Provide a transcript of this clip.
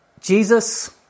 Jesus